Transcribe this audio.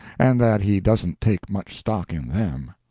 and that he doesn't take much stock in them.